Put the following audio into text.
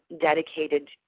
dedicated